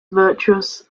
virtuous